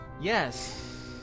Yes